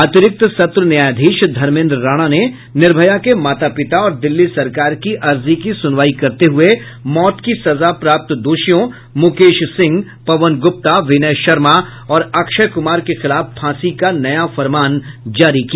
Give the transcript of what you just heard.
अतिरिक्त सत्र न्यायाधीश धर्मेन्द्र राणा ने निर्भया के माता पिता और दिल्ली सरकार की अर्जी की सुनवाई करते हुए मौत की सजा प्राप्त दोषियों मुकेश सिंह पवन गूप्ता विनय शर्मा और अक्षय कुमार के खिलाफ फांसी का नया फरमान जारी किया